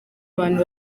abantu